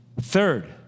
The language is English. Third